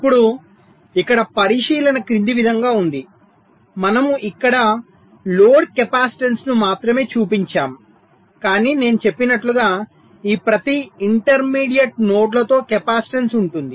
ఇప్పుడు ఇక్కడ పరిశీలన క్రింది విధంగా ఉంది మనము ఇక్కడ లోడ్ కెపాసిటెన్స్ను మాత్రమే చూపించాము కాని నేను చెప్పినట్లుగా ఈ ప్రతి ఇంటర్మీడియట్ నోడ్లతో కెపాసిటెన్స్ ఉంటుంది